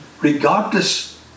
regardless